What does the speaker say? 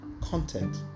content